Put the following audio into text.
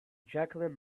jacqueline